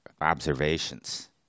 observations